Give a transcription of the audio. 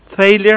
Failure